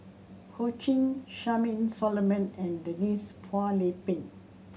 Ho Ching Charmaine Solomon and Denise Phua Lay Peng